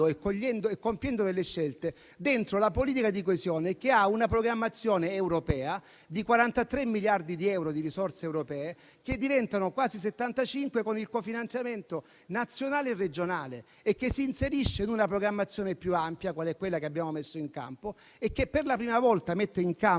e compiendo scelte dentro la politica di coesione, che ha una programmazione europea di 43 miliardi di euro di risorse europee che diventano quasi 75 con il cofinanziamento nazionale e regionale, che si inserisce in una programmazione più ampia quale quella che abbiamo messo in campo e che per la prima volta mette in campo